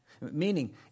meaning